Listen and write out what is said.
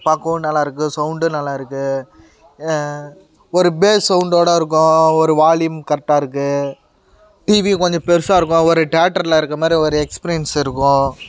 பார்க்கவும் நல்லாயிருக்கு சௌண்டு நல்லாயிருக்கு ஒரு பேஸ் சௌண்டோட இருக்கும் ஒரு வாலிம் கரெக்டாக இருக்குது டிவி கொஞ்சம் பெருசாயிருக்கும் ஒரு டேட்டர்ல இருக்க மாதிரி ஒரு எக்ஸ்பீரியன்ஸ் இருக்கும்